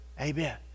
Amen